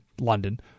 London